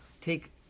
take